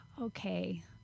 okay